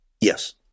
Yes